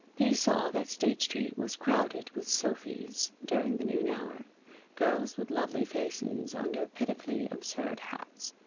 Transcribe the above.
he saw that state street was crowded with sophys during the noon hour girls with lovely faces under pitifully absurd hats.